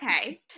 okay